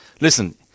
listen